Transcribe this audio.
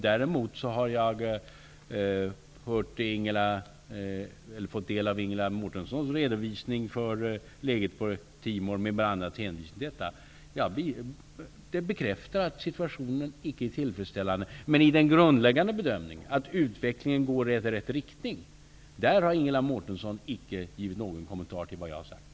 Däremot har jag fått del av Ingela Mårtenssons redovisning för läget på Östtimor, vilken bekräftar att situationen icke är tillfredsställande. Men min grundläggande bedömning, att utvecklingen går i rätt riktning, har Ingela Mårtensson icke givit någon kommentar till.